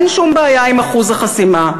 אין שום בעיה עם אחוז החסימה.